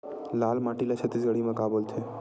लाल माटी ला छत्तीसगढ़ी मा का बोलथे?